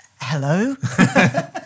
hello